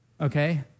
Okay